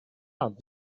out